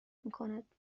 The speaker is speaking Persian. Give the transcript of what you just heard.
میکند